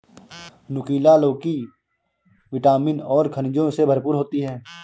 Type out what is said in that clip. नुकीला लौकी विटामिन और खनिजों से भरपूर होती है